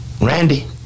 Randy